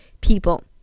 people